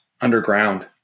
underground